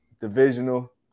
Divisional